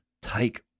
take